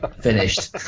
Finished